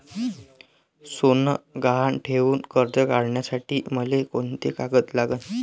सोनं गहान ठेऊन कर्ज काढासाठी मले कोंते कागद लागन?